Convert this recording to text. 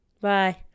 bye